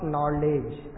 Knowledge